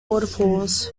waterfalls